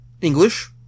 English